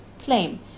claim